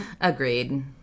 Agreed